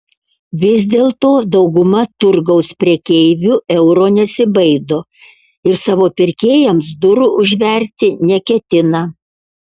vis dėlto dauguma turgaus prekeivių euro nesibaido ir savo pirkėjams durų užverti neketina